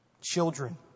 Children